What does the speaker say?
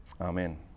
Amen